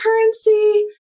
currency